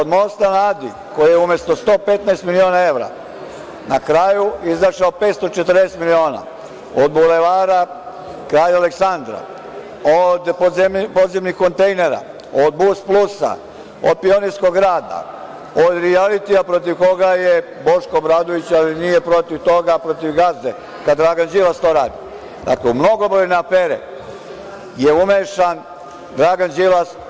Od mosta na Adi, koji je umesto 115 miliona evra na kraju izašao 540 miliona, od Bulevara kralja Aleksandra, od podzemnih kontejnera, od „Blusplusa“, od Pionirskog grada, od rijalitija, protiv koga je Boško Obradović, ali nije protiv toga, protiv gazde, kad Dragan Đilas to radi, dakle, u mnogobrojne afere je umešan Dragan Đilas.